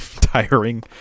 tiring